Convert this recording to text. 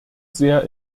sehr